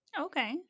Okay